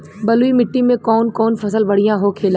बलुई मिट्टी में कौन कौन फसल बढ़ियां होखेला?